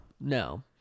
no